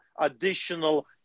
additional